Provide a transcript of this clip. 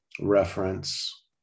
reference